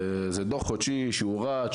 זה דו"ח חודשי שרץ,